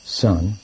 son